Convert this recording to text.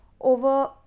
over